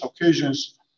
occasions